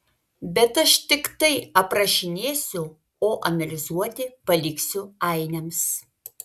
bet aš tiktai aprašinėsiu o analizuoti paliksiu ainiams